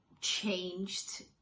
changed